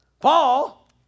Paul